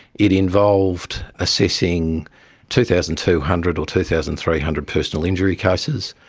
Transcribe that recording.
it involved assessing two thousand two hundred or two thousand three hundred personal injury cases,